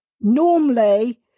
normally